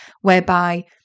whereby